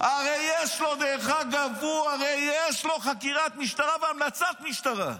הרי יש לו, דרך אגב, חקירת משטרה והמלצת משטרה.